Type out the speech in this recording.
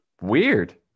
weird